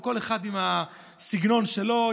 כל אחד עם הסגנון שלו,